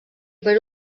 per